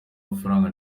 amafaranga